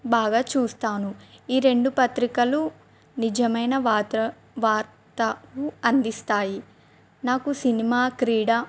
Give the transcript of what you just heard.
బాగా చూస్తాను ఈ రెండు పత్రికలు నిజమైన వార్త వార్త అందిస్తాయి నాకు సినిమా క్రీడా